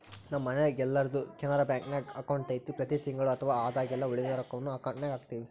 ನಮ್ಮ ಮನೆಗೆಲ್ಲರ್ದು ಕೆನರಾ ಬ್ಯಾಂಕ್ನಾಗ ಅಕೌಂಟು ಐತೆ ಪ್ರತಿ ತಿಂಗಳು ಅಥವಾ ಆದಾಗೆಲ್ಲ ಉಳಿದ ರೊಕ್ವನ್ನ ಈ ಅಕೌಂಟುಗೆಹಾಕ್ತಿವಿ